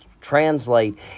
translate